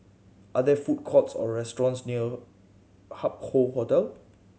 are there food courts or restaurants near Hup Hoe Hotel